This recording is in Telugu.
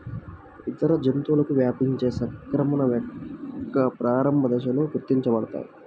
ఇతర జంతువులకు వ్యాపించే సంక్రమణ యొక్క ప్రారంభ దశలలో గుర్తించబడతాయి